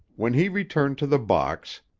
when he returned to the box,